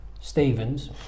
Stevens